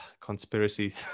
conspiracy